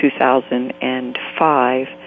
2005